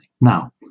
Now